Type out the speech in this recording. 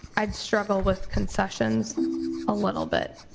i'd struggle with concessions a little bit,